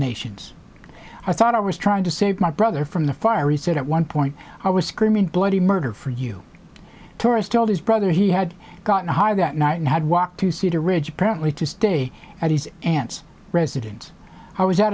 nations i thought i was trying to save my brother from the fire he said at one point i was screaming bloody murder for you tourist told his brother he had gotten high that night and had walked to cedar ridge apparently to stay at his aunt's residence i was out